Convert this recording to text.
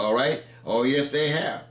all right oh yes they have